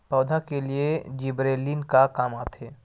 पौधा के लिए जिबरेलीन का काम आथे?